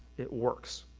it works,